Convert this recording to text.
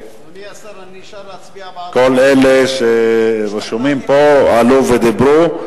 כל אלה שרשומים פה עלו ודיברו.